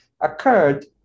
occurred